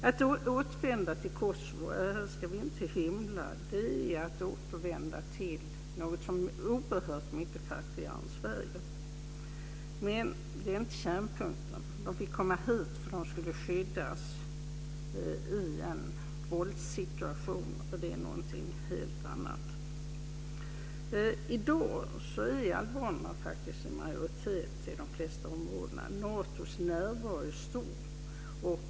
Att återvända till Kosovo är - det ska vi inte hymla om - att återvända till något som är oerhört mycket fattigare än Sverige. Men det är inte kärnpunkten. De fick komma hit för att de skulle skyddas i en våldssituation, och det är någonting helt annat. I dag är albanerna i majoritet i de flesta områdena. Natos närvaro är stor.